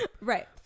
right